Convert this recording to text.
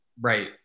Right